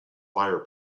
fire